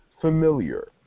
familiar